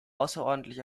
außerordentlich